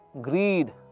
greed